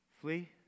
Flee